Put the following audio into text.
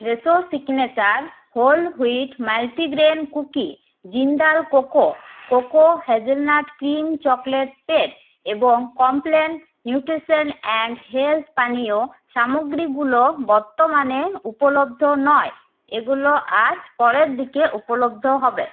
Fresho signature whole wheat multigrain cookie Jindal cocoa cocoa hazelnut cream chocolate spread এবং Complan nutrition and health পানীয় সামগ্রীগুলো বর্তমানে উপলব্ধ নয় এগুলো আজ পরের দিকে উপলব্ধ হবে